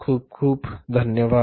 खूप खूप धन्यवाद